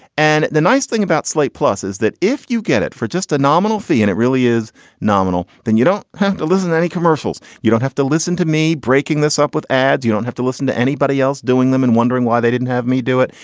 and the nice thing about slate plus is that if you get it for just a nominal fee and it really is nominal, then you don't have to listen any commercials. you don't have to listen to me breaking this up with ads. you don't have to listen to anybody else doing them and wondering why they didn't have me do it.